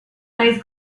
sides